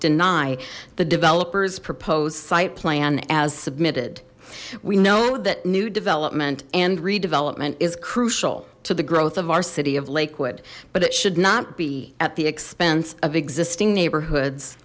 deny the developers proposed site plan as submitted we know that new development and redevelopment is crucial to the growth of our city of lakewood but it should not be at the expense of existing neighborhoods